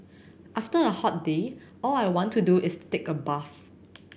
after a hot day all I want to do is take a bath